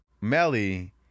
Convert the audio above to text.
Melly